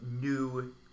new